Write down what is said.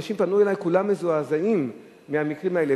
אנשים פנו אלי, כולם מזועזעים מהמקרים האלה.